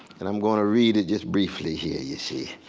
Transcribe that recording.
and i'm going to read it just briefly here you see.